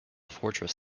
fortress